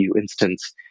instance